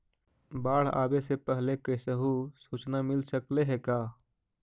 बाढ़ आवे से पहले कैसहु सुचना मिल सकले हे का?